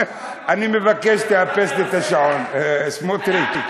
אני מבקש, תאפס לי את השעון, סמוטריץ.